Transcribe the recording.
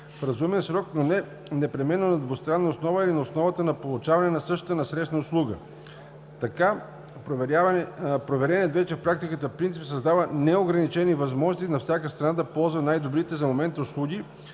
в разумен срок, но не непременно на двустранна основа или на основа на получаване на същата насрещна услуга. Така провереният вече в практиката принцип създава неограничени възможности всяка страна да ползва най-добрите за момента услуги